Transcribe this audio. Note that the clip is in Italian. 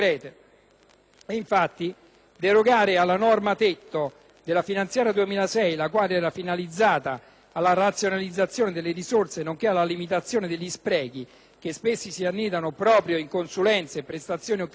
Infatti, derogare alla norma tetto della finanziaria 2006, finalizzata alla razionalizzazione delle risorse nonché alla limitazione degli sprechi che spesso si annidano proprio in consulenze e prestazioni occasionali